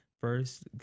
first